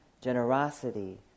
generosity